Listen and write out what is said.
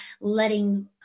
letting